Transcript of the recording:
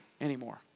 anymore